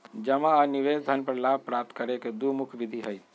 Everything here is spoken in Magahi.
जमा आ निवेश धन पर लाभ प्राप्त करे के दु मुख्य विधि हइ